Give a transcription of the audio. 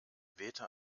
wehte